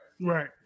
Right